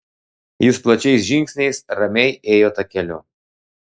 jis plačiais žingsniais ramiai ėjo takeliu